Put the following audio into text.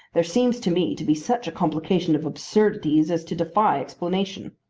there seems to me to be such a complication of absurdities as to defy explanation.